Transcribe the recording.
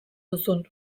duzun